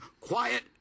quiet